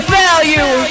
value